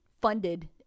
funded